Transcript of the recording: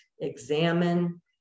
examine